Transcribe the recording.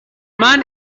man